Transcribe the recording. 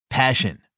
Passion